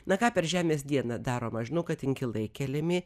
na ką per žemės dieną darom aš žinau kad inkilai keliami